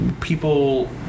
people